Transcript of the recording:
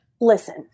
Listen